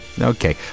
Okay